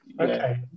Okay